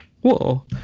Whoa